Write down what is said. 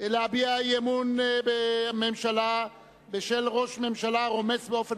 להביע אי-אמון בממשלה בשל ראש ממשלה הרומס באופן